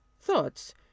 Thoughts